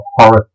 horror